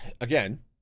Again